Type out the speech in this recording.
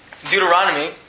Deuteronomy